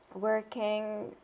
working